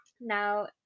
Now